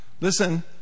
Listen